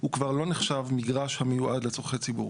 הוא כבר לא נחשב מגרש המיועד לצורכי ציבור,